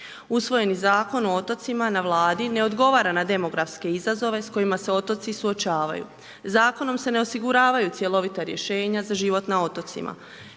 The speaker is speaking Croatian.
Usvojen zakon o otocima na vladi ne odgovara na demografske izazove s kojima se otoci suočavaju. Zakonom se ne osiguravaju cjelovita rješenja za život na otocima,